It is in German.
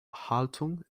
haltung